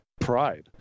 pride